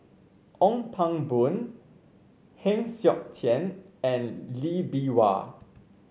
Ong Pang Boon Heng Siok Tian and Lee Bee Wah